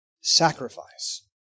sacrifice